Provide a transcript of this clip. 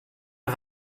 der